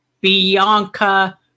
Bianca